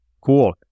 cool